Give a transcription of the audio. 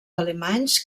alemanys